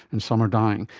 and some are dying.